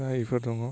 दा इफोर दङ